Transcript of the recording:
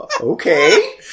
okay